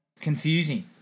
confusing